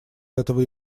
этого